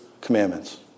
commandments